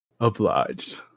Obliged